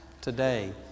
today